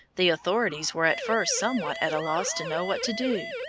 the authorities were at first somewhat at loss to know what to do.